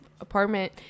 apartment